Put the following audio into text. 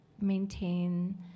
maintain